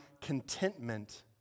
contentment